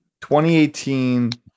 2018